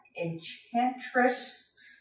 Enchantress